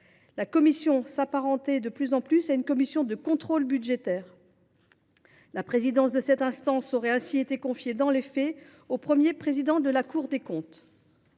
La commission s’apparentait de plus en plus à une commission de contrôle budgétaire. Sa présidence aurait ainsi été confiée, dans les faits, au Premier président de la Cour des comptes.